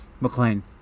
McLean